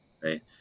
right